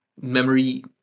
memory